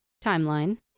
timeline